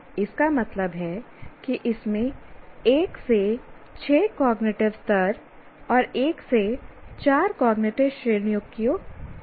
इसका मतलब है कि इसमें 1 से 6 कॉग्निटिव स्तर और 1 से 4 ज्ञान श्रेणियां हो सकती हैं